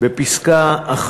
בפסקה (1)